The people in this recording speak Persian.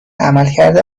عملکرد